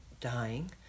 dying